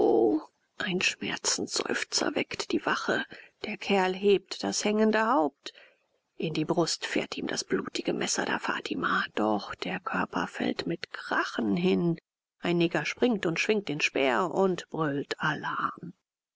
ein schmerzensseufzer weckt die wache der kerl hebt das hängende haupt in die brust fährt ihm das blutige messer der fatima doch der körper fällt mit krachen hin ein neger springt und schwingt den speer und brüllt alarm